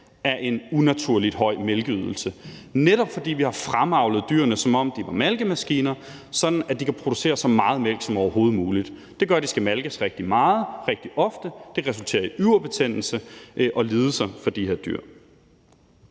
af en unaturlig høj mælkeydelse. Netop det, at vi har fremavlet dyrene, som om de er malkemaskiner, så de kan producere så meget mælk som overhovedet muligt, gør, at de skal malkes rigtig meget og rigtig ofte, og det resulterer i yverbetændelse og lidelser for de her dyr.